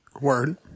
Word